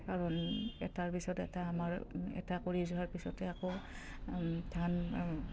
কাৰণ এটাৰ পিছত এটা আমাৰ এটা কৰি যোৱাৰ পিছতে আকৌ ধান